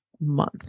month